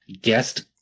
guest